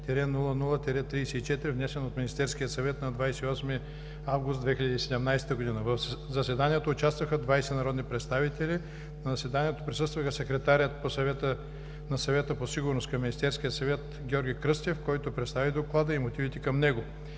№ 702-00-34, внесен от Министерския съвет на 28 август 2017 г. В заседанието участваха 20 народни представители. На заседанието присъства и секретарят на Съвета по сигурността към Министерския съвет Георги Кръстев, който представи Доклада и мотивите към него.